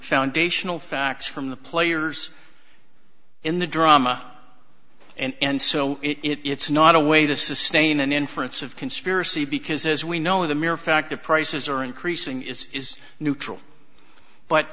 foundational facts from the players in the drama and so it's not a way to sustain an inference of conspiracy because as we know the mere fact that prices are increasing is neutral but